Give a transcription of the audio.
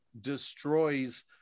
destroys